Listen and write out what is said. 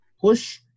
push